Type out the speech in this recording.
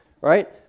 right